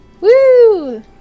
Woo